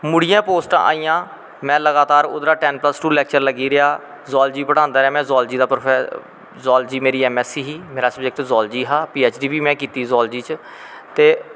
मुड़ियै पोस्टां आईयां में लगातार उध्दरा टैन प्लस टू लैकचरर लग्गी रेहा जिऑलजी पढ़ानां रेहा में जिऑलजी दा जिऑलजी मेरा ऐम ऐस सी ही जिऑलजी मेरा स्वजैक्ट हा पी ऐच डी बी में कीती जिऑलजी च ते